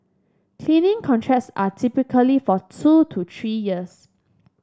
cleaning contracts are typically for two to three years